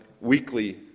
weekly